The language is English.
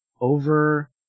over